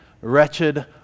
wretched